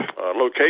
location